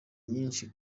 nyinshi